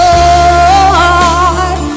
Lord